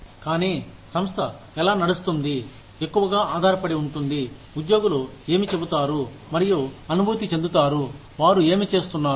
కానీ సంస్థ ఎలా నడుస్తుంది ఎక్కువగా ఆధారపడి ఉంటుంది ఉద్యోగులు ఏమి చెబుతారు మరియు అనుభూతి చెందుతారు వారు ఏమి చేస్తున్నారు